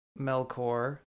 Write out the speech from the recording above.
Melkor